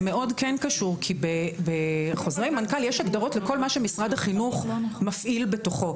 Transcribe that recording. זה כן קשור כי בחוזרי מנכ"ל יש הגדרות לכל מה שמשרד החינוך מפעיל בתוכו.